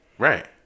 Right